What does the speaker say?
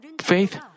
faith